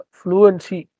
fluency